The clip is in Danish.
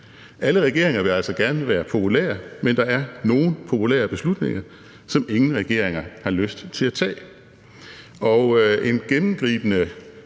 Alle regeringer vil altså gerne være populære, men der er nogle populære beslutninger, som ingen regeringer har lyst til at tage. En gennemgribende